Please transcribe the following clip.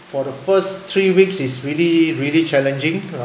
for the first three weeks it's really really challenging ah